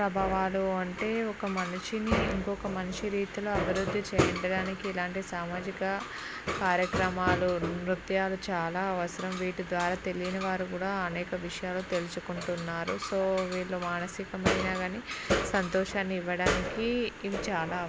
ప్రభావాలు అంటే ఒక మనిషిని ఇంకొక మనిషి రీతిలో అభివృద్ధి చేయించడానికి ఇలాంటి సామాజిక కార్యక్రమాలు నృత్యాలు చాలా అవసరం వీటి ద్వారా తెలియని వారు కూడా అనేక విషయాలు తెలుసుకుంటున్నారు సో వీలు మానసికమైన కానీ సంతోషాన్ని ఇవ్వడానికి ఇవి చాలా